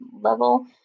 level